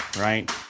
right